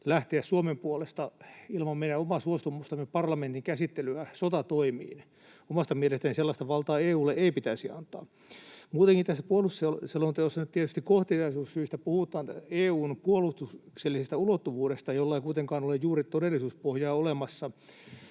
lähteä Suomen puolesta, ilman meidän omaa suostumustamme, parlamentin käsittelyä, sotatoimiin? Omasta mielestäni sellaista valtaa EU:lle ei pitäisi antaa. Muutenkin tässä puolustusselonteossa nyt tietysti kohteliaisuussyistä puhutaan EU:n puolustuksellisesta ulottuvuudesta, jolla ei kuitenkaan ole juuri todellisuuspohjaa olemassa.